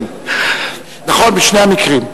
נכון, בשני המקרים.